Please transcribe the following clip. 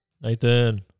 Nathan